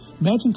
Imagine